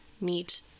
meet